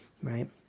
Right